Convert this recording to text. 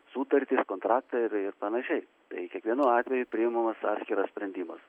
sutartys kontraktai ir ir panašiai tai kiekvienu atveju priimamamas atskiras sprendimas